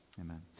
Amen